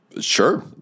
Sure